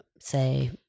say